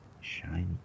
shiny